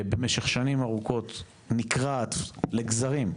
במשך שנים ארוכות, נקרעת לגזרים,